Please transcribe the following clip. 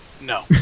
No